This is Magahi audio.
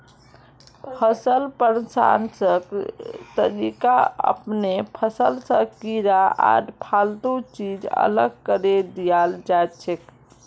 फसल प्रसंस्करण तरीका अपनैं फसल स कीड़ा आर फालतू चीज अलग करें दियाल जाछेक